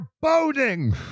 boating